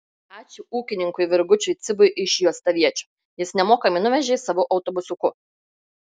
ačiū ūkininkui virgučiui cibui iš juostaviečių jis nemokamai nuvežė savo autobusiuku